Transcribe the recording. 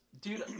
Dude